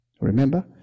Remember